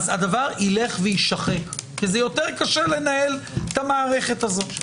הדבר ילך ויישחק כי יותר קשה לנהל את המערכת הזו.